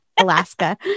Alaska